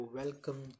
welcome